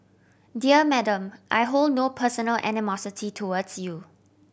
dear Madam I hold no personal animosity towards you